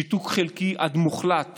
שיתוק חלקי עד מוחלט